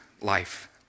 life